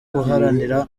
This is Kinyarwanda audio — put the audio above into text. guharanira